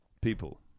people